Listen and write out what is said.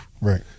Right